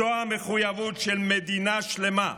זו המחויבות של מדינה שלמה,